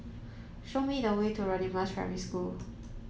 show me the way to Radin Mas Primary School